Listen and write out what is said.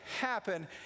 happen